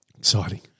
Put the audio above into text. Exciting